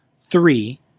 Three